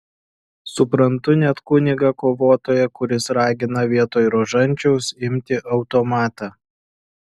suprantu net kunigą kovotoją kuris ragina vietoj rožančiaus imti automatą